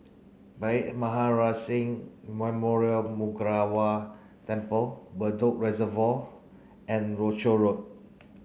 Bhai Maharaj Singh Memorial Gurdwara Temple Bedok Reservoir and Rochor Road